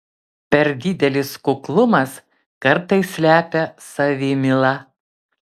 per didelis kuklumas kartais slepia savimylą